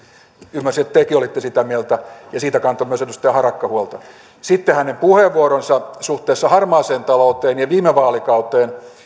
ymmärsin että tekin olitte sitä mieltä ja siitä kantoi myös edustaja harakka huolta sitten hänen puheenvuoronsahan suhteessa harmaaseen talouteen ja viime vaalikauteen